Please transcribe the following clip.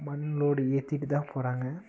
மண் லோடு ஏற்றிட்டு தான் போகிறாங்க